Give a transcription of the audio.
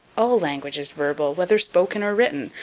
all language is verbal, whether spoken or written,